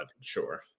sure